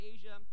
Asia